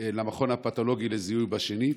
למכון הפתולוגי לזיהוי שנית?